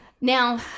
now